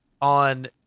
on